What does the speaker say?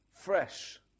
fresh